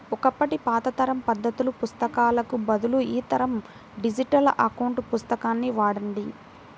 ఒకప్పటి పాత తరం పద్దుల పుస్తకాలకు బదులు ఈ తరం డిజిటల్ అకౌంట్ పుస్తకాన్ని వాడండి